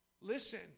Listen